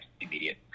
immediate